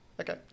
Okay